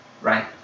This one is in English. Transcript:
right